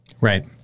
Right